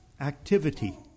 activity